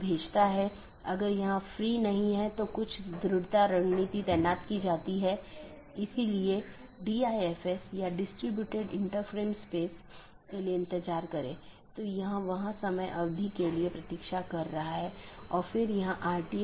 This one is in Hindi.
दूसरा अच्छी तरह से ज्ञात विवेकाधीन एट्रिब्यूट है यह विशेषता सभी BGP कार्यान्वयन द्वारा मान्यता प्राप्त होनी चाहिए